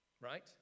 Right